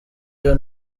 byo